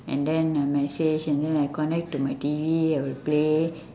and then uh message and then I connect to my T_V I will play